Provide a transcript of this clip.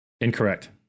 Incorrect